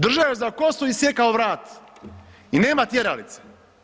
Držao je za kosu i sjekao vrat i nema tjeralice.